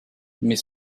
mais